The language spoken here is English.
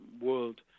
world